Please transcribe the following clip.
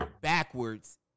backwards